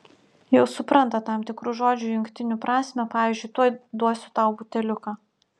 jau supranta tam tikrų žodžių jungtinių prasmę pavyzdžiui tuoj duosiu tau buteliuką